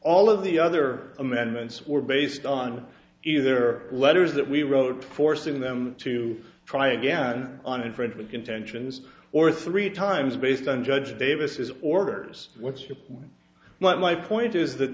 all of the other amendments were based on either letters that we wrote forcing them to try again on infringement contentions or three times based on judge davis's orders what's your my point is that